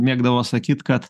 mėgdavo sakyt kad